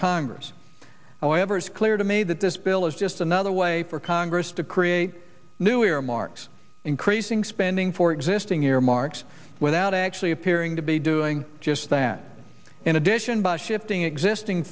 congress however it's clear to me that this bill is just another way for congress to create new earmarks increasing spending for existing earmarks without actually appearing to be doing just that in addition by shifting existing